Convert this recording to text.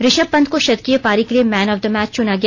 रिषभ पंत को शतकीय पारी के लिए मैन ऑफ द मैच चुना गया